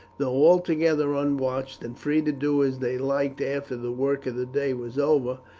though altogether unwatched and free to do as they liked after the work of the day was over,